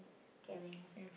caring